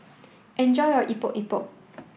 enjoy your Epok Epok